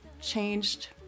changed